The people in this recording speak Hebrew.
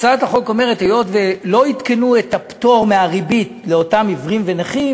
היות שלא עדכנו את הפטור מהריבית לאותם עיוורים ונכים,